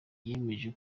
yemeje